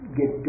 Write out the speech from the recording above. get